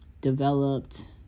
developed